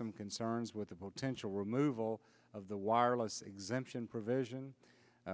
some concerns with the potential removal of the wireless exemption provision